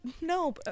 no